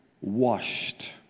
washed